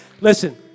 Listen